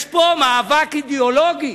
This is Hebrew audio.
יש פה מאבק אידיאולוגי,